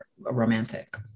romantic